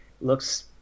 looks